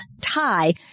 tie